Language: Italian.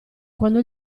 quando